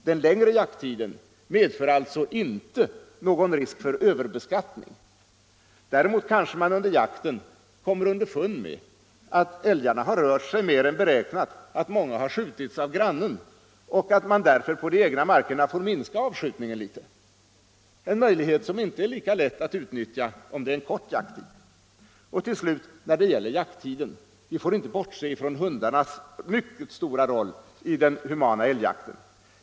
Den längre jakttiden medför alltså inte någon risk för överbeskattning; däremot kanske man under jakten kommer underfund med att älgarna rört sig mer än beräknat och att många skjutits av grannarna, varför man på de egna markerna får minska avskjutningen, en möjlighet som inte är lika lätt att utnyttja om det är en kort jakttid. Till slut när det gäller jakttiden: Vi kan inte bortse från hundarnas mycket stora roll i den humana älgjakten.